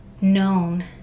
known